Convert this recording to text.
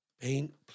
Paint